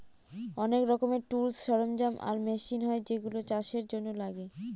অনেক রকমের টুলস, সরঞ্জাম আর মেশিন হয় যেগুলা চাষের জন্য লাগে